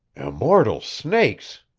immortal snakes!